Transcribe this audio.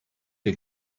the